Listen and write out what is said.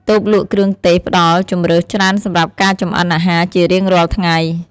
តូបលក់គ្រឿងទេសផ្តល់ជម្រើសច្រើនសម្រាប់ការចម្អិនអាហារជារៀងរាល់ថ្ងៃ។